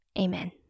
Amen